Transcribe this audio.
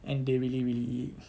and they really really